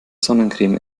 sonnencreme